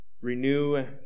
renew